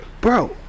Bro